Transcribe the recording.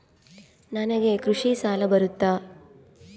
ನನಗೆ ಕೃಷಿ ಸಾಲ ಬರುತ್ತಾ?